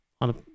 on